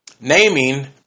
naming